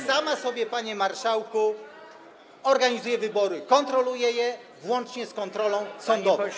sama sobie, panie marszałku, organizuje wybory, kontroluje je, włącznie z kontrolą sądową.